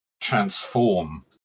transform